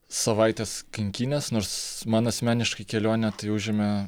savaitės kankynės nors man asmeniškai kelionė tai užėmė